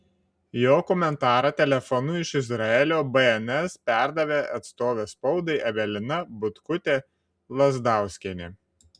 jo komentarą telefonu iš izraelio bns perdavė atstovė spaudai evelina butkutė lazdauskienė